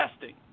testing